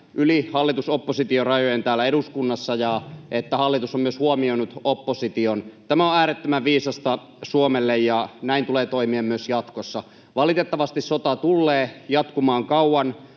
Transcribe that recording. yli hallitus—oppositio-rajojen täällä eduskunnassa ja että hallitus on myös huomioinut opposition. Tämä on äärettömän viisasta Suomelle, ja näin tulee toimia myös jatkossa. Valitettavasti sota tullee jatkumaan kauan.